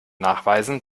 nachweisen